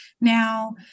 Now